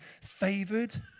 favored